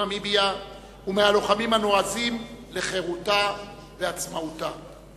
נמיביה ומהלוחמים הנועזים לחירותה ועצמאותה.